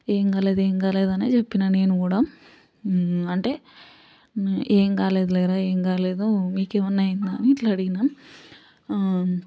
ఏం కాలేదు ఏం కాలేదు అనే చెప్పినా నేను కూడా అంటే ఏం కాలేదులేరా ఏం కాలేదు మీకెమన్నా అయిందా అని ఇట్లా అడిగినా